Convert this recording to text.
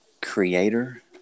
creator